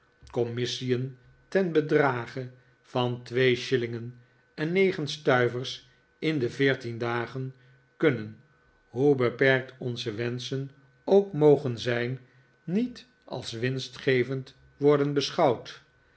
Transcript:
commissien ten bedrage van twee shillingen en negen stuivers in de veertien dagen kunnen hoe beperkt onze wenschen ook mogen zijn niet als winstgevend worden beschouwd